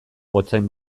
gotzain